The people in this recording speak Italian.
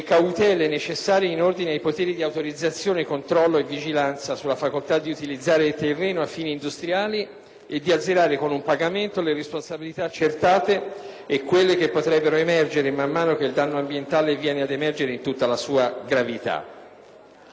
e di azzerare con un pagamento le responsabilità accertate e quelle che potrebbero risultare a mano a mano che il danno ambientale viene ad emergere in tutta la sua gravità. Nel prosieguo si affida al solo Ministero la definizione di controlli.